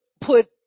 put